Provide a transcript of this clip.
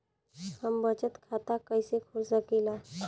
हम बचत खाता कईसे खोल सकिला?